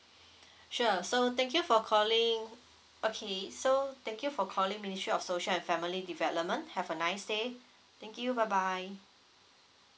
sure so thank you for calling okay so thank you for calling ministry of social and family development have a nice day thank you bye bye